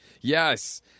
Yes